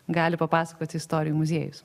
gali papasakoti istorijų muziejus